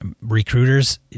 Recruiters